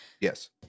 Yes